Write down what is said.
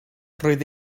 roedd